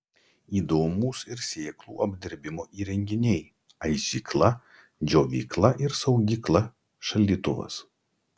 įdomūs ir sėklų apdirbimo įrenginiai aižykla džiovykla ir saugykla šaldytuvas